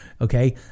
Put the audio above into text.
okay